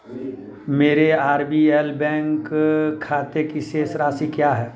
मेरे R B L bank खाते की शेष राशि क्या है